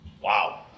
wow